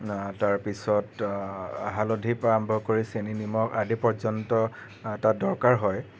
তাৰপিছত হালধিৰপৰা আৰম্ভ কৰি চেনি নিমখ আদি পৰ্যন্ত তাত দৰকাৰ হয়